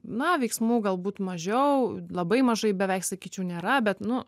na veiksmų galbūt mažiau labai mažai beveik sakyčiau nėra bet nu